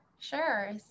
Sure